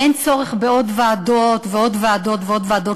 אין צורך בעוד ועדות ועוד ועדות ועוד ועדות,